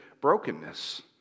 brokenness